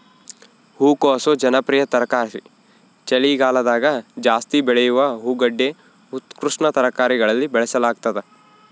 ಹೂಕೋಸು ಜನಪ್ರಿಯ ತರಕಾರಿ ಚಳಿಗಾಲದಗಜಾಸ್ತಿ ಬೆಳೆಯುವ ಹೂಗಡ್ಡೆ ಉತ್ಕೃಷ್ಟ ತರಕಾರಿಯಲ್ಲಿ ಬಳಸಲಾಗ್ತದ